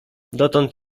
dotąd